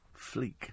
Fleek